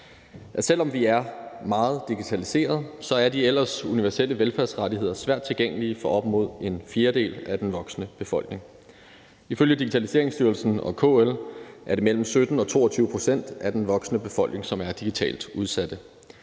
Selv om vi er meget digitaliserede, er de ellers universelle velfærdsrettigheder svært tilgængelige for op mod en fjerdedel af den voksne befolkning. Ifølge Digitaliseringsstyrelsen og KL er det imellem 17 og 22 pct. af den voksne befolkning, som er digitalt udsatte.